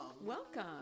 Welcome